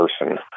person